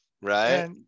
right